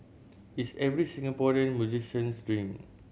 it's every Singaporean musician's dream